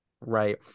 Right